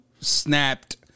snapped